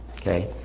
Okay